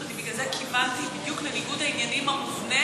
אני בגלל זה כיוונתי בדיוק לניגוד העניינים המובנה